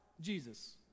Jesus